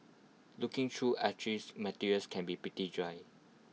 looking through archived materials can be pretty dry